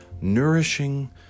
nourishing